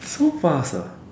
so fast ah